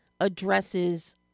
addresses